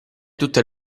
tutte